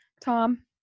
Tom